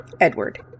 Edward